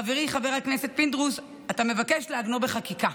חברי חבר הכנסת פינדרוס, אתה מבקש לעגנו בחקיקה.